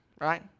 right